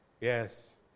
yes